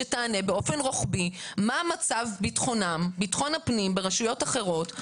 שתענה באופן רוחבי מה מצב ביטחון הפנים ברשויות אחרות,